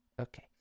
okay